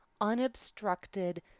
unobstructed